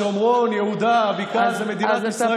השומרון, יהודה, הבקעה, זה מדינת ישראל.